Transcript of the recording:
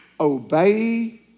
Obey